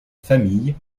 famille